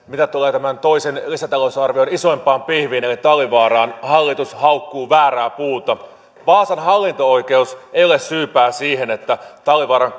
mitä tulee tämän toisen lisätalousarvion isoimpaan pihviin eli talvivaaraan hallitus haukkuu väärää puuta vaasan hallinto oikeus ei ole syypää siihen että talvivaaran